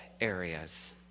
areas